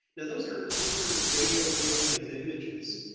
yeah those are those are radio wave length images.